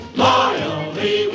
loyally